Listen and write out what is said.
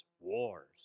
Wars